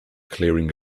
clearing